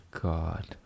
God